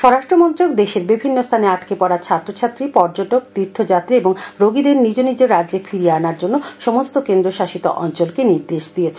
স্বরাষ্ট্রমন্ত্রক দেশের বিভিন্ন স্হানে আটকে পডা ছাত্রছাত্রী পর্যটক তীর্থযাত্রী ও রোগীদের নিজ নিজ রাজ্যে ফিরিয়ে আনার জন্য সমস্ত কেন্দ্র শাসিত অঞ্চলকে নির্দেশ দিয়েছে